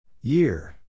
Year